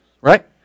right